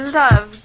love